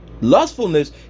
lustfulness